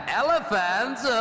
elephants